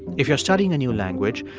if you're studying a new language,